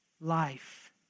life